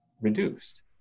reduced